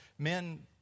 Men